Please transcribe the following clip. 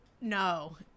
No